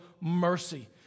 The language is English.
mercy